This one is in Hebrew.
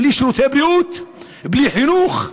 בלי שירותי בריאות, בלי חינוך,